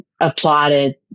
applauded